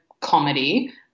comedy